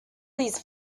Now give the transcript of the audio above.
these